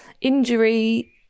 injury